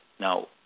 Now